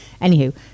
Anywho